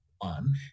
on